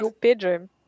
bedroom